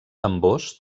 tambors